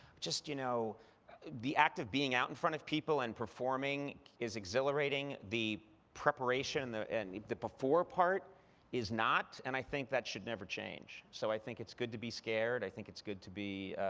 just you know the act of being out in front of people and performing is exhilarating, the preparation and the before part is not, and i think that should never change. so i think it's good to be scared. i think it's good to be